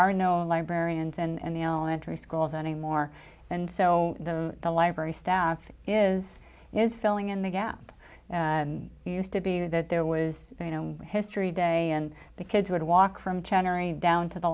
are no librarians and the elementary schools anymore and so the library staff is is filling in the gap and used to be that there was you know history day and the kids would walk from ten or down to the